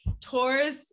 Taurus